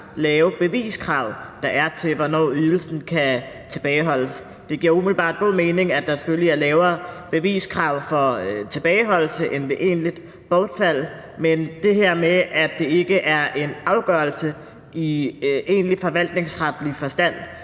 lave beviskrav, der er til, hvornår ydelsen tilbageholdes. Det giver umiddelbart god mening, at der selvfølgelig er lavere beviskrav for tilbageholdelse end ved egentligt bortfald, men det her med, at det ikke er en afgørelse i egentlig forvaltningsretlig forstand,